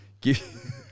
Give